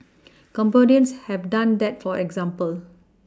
Cambodians have done that for example